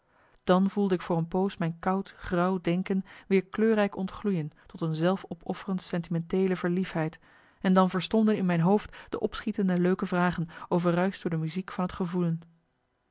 dan voelde ik voor een poos mijn koud grauw denken weer kleurrijk ontgloeien tot een zelfopofferend sentimenteele verliefheid en dan verstomden in mijn marcellus emants een nagelaten bekentenis hoofd de opschietende leuke vragen overruischt door de muziek van het gevoelen